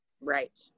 Right